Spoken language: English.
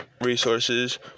resources